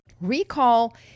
Recall